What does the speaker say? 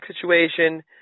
situation